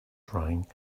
trying